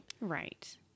Right